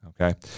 okay